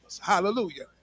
Hallelujah